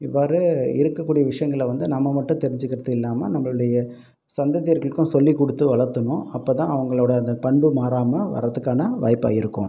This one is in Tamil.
இவ்வாறு இருக்கக்கூடிய விஷயங்கள வந்து நம்ம மட்டும் தெரிஞ்சுக்கறதும் இல்லாமல் நம்மளுடைய சந்ததியர்களுக்கும் சொல்லிக் கொடுத்து வளர்த்தணும் அப்போதான் அவங்களோட அந்த பண்பு மாறாமல் வரதுக்கான வாய்ப்பாக இருக்கும்